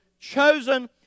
chosen